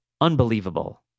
Unbelievable